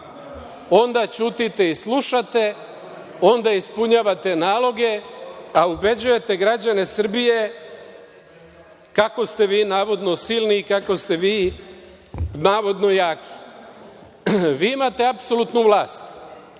Onda ćutite i slušate, onda ispunjavate naloge, a ubeđujete građane Srbije kako ste vi navodno silni i kako ste vi navodno jaki. Vi imate apsolutnu vlast.